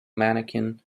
mannequin